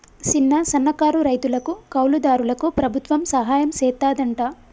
సిన్న, సన్నకారు రైతులకు, కౌలు దారులకు ప్రభుత్వం సహాయం సెత్తాదంట